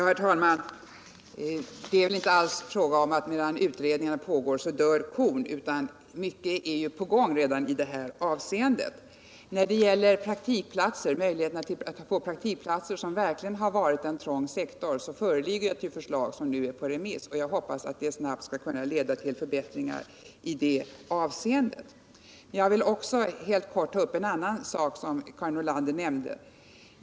Herr talman! Det är inte alls fråga om att medan gräset växer — dvs. medan utredningarna pågår — dör kon. Mycket är på gång i detta avseende i landstingen. När det gäller praktikplatser, som verkligen har varit en trång sektor, föreligger förslag från VÅRD 77 som nu är på remiss. Jag hoppas att det förslaget, om det genomförs, snabbt skall leda till förbättringar. Jag vill också helt kort ta upp en annan sak som Karin Nordlander nämnde.